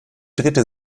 drehte